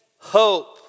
hope